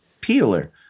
peeler